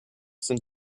sind